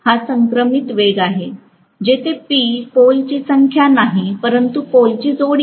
हा संक्रमित वेग आहे जेथे पी पोल ची संख्या नाही परंतु पोलची जोडी आहे